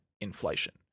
inflation